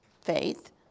faith